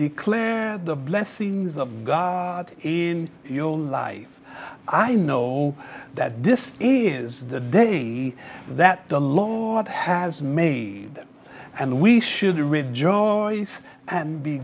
declare the blessings of god in your own life i know that this is the day that the law has made and we should rejoice and be